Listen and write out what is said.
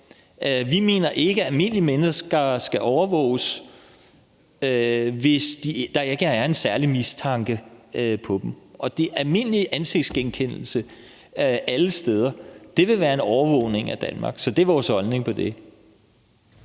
Vi mener ikke, at almindelige mennesker skal overvåges, hvis de ikke er under særlig mistanke. Hvis der er almindelig ansigtsgenkendelse alle steder, vil det være en overvågning af Danmark. Så det er vores holdning til det.